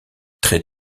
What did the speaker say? très